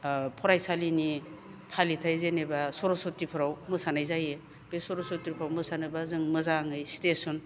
फरायसालिनि फालिथाय जेनेबा सरसथिफोराव मोसानाय जायो बे सरसथिफोराव मोसानोबा जों मोजाङै स्टेसन